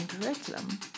curriculum